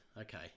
Okay